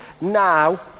now